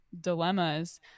dilemmas